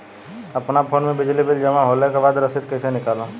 अपना फोन मे बिजली बिल जमा होला के बाद रसीद कैसे निकालम?